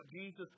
Jesus